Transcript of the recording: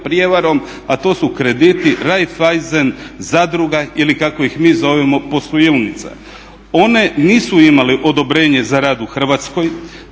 a to su krediti Raiffeisen zadruga ili kako ih mi zovemo posuilnica. One nisu imale odobrenje za rad u Hrvatskoj